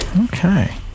Okay